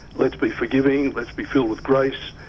let's be forgiving, let's be filled with grace,